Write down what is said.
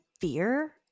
fear